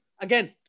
Again